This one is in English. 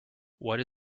what